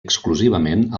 exclusivament